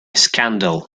scandal